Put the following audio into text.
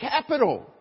capital